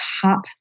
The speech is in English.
top